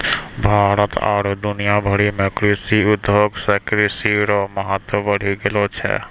भारत आरु दुनिया भरि मे कृषि उद्योग से कृषि रो महत्व बढ़ी गेलो छै